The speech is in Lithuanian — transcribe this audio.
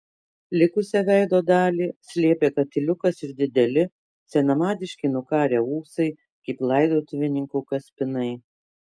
likusią veido dalį slėpė katiliukas ir dideli senamadiški nukarę ūsai kaip laidotuvininkų kaspinai